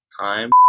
time